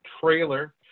trailer